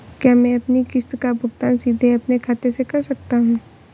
क्या मैं अपनी किश्त का भुगतान सीधे अपने खाते से कर सकता हूँ?